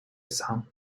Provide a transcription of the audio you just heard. sound